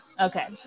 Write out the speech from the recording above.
Okay